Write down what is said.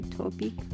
topic